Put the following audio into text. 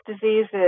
diseases